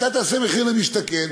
אתה תעשה מחיר למשתכן,